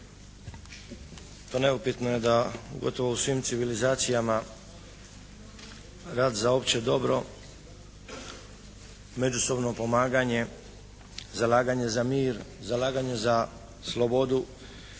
Pa neupitno je da gotovo u svim civilizacijama rad za opće dobro međusobno pomaganje, zalaganje za mir, zalaganje za slobodu,